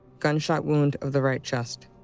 gunshot wound of the right chest.